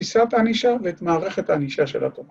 ת‫פיסת הענישה ‫ואת מערכת הענישה של התורה